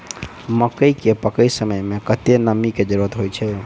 मकई केँ पकै समय मे कतेक नमी केँ जरूरत होइ छै?